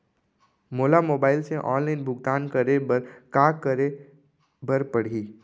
मोला मोबाइल से ऑनलाइन भुगतान करे बर का करे बर पड़ही?